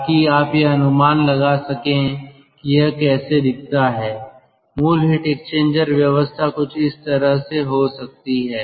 ताकि आप यह अनुमान लगा सकें कि यह कैसा दिखता है मूल हीट एक्सचेंजर व्यवस्था कुछ इस तरह से हो सकती है